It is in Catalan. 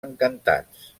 encantats